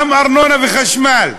גם ארנונה וחשמל.